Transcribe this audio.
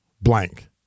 blank